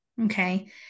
okay